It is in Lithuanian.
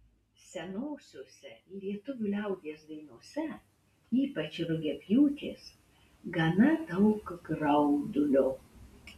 senosiose lietuvių liaudies dainose ypač rugiapjūtės gana daug graudulio